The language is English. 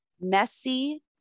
messy